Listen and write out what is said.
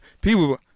people